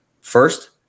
first